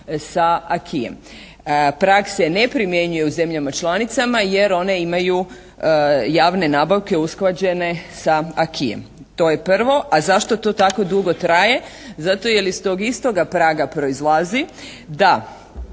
«acquiem». Prag se ne primjenjuje u zemljama članicama jer one imaju javne nabavke usklađene sa «acquiem». To je prvo. A zašto to tako dugo traje? Zato jer iz tog istoga praga proizlazi da